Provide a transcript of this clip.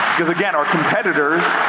because again, our competitors,